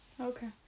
Okay